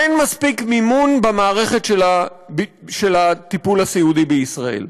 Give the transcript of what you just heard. אין מספיק מימון במערכת של הטיפול הסיעודי בישראל,